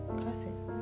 classes